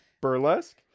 burlesque